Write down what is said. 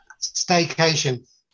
Staycation